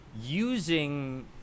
using